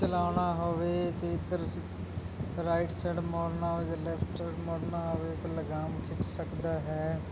ਚਲਾਉਣਾ ਹੋਵੇ ਤਾਂ ਇੱਧਰ ਰਾਈਟ ਸਾਈਡ ਮੋੜਨਾ ਹੋਵੇ ਜਾਂ ਲੇਫਟ ਮੋੜਨਾ ਹੋਵੇ ਤਾਂ ਲਗਾਮ ਖਿੱਚ ਸਕਦਾ ਹੈ